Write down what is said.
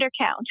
undercount